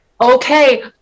Okay